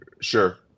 sure